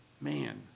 man